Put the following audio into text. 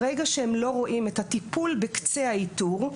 ברגע שהם לא רואים את הטיפול בקצה האיתור,